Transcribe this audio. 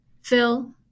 Phil